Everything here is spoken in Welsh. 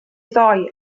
ddoe